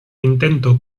intento